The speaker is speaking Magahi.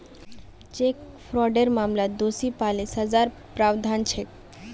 चेक फ्रॉडेर मामलात दोषी पा ल सजार प्रावधान छेक